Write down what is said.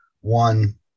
one